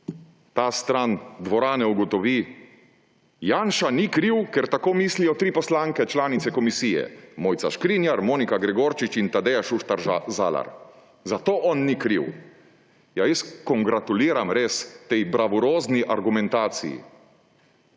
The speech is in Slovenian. ta stran dvorane ugotovi, Janša ni kriv, ker tako mislijo tri poslanke, članice komisije: Mojca Škrinjar, Monika Gregorčič in Tadeja Šuštar Zalar. Zato on ni kriv. Jaz kongratuliram, res, tej bravurozni argumentaciji.